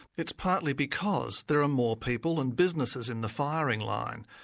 it's partly because there are more people and businesses in the firing line.